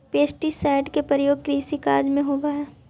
pesticide के प्रयोग कृषि कार्य में होवऽ हई